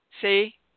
See